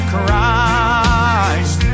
Christ